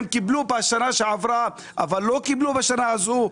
בשנה שעברה הם קיבלו אבל לא קיבלו בשנה הזאת.